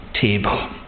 table